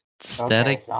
Static